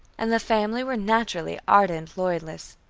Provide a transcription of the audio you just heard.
and the family were naturally ardent loyalists.